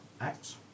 acts